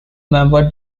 member